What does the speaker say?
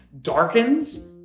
darkens